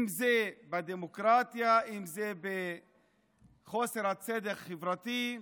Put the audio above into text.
אם זה בדמוקרטיה, אם זה בחוסר הצדק החברתי,